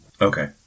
Okay